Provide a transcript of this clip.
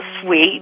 sweet